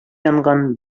янган